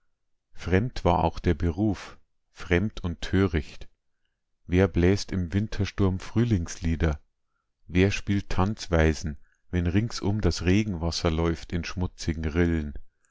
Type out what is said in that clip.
fremd war auch der beruf fremd und töricht wer bläst im wintersturm frühlingslieder wer spielt tanzweisen wenn ringsum das regenwasser läuft in schmutzigen rillen